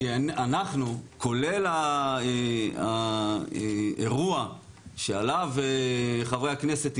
כי אנחנו, כולל האירוע שעליו חברי הכנסת התייחסו,